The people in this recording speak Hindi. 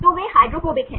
तो वे हाइड्रोफोबिक हैं